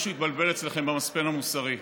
משהו התבלבל אצלכם במצפן המוסרי.